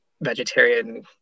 vegetarian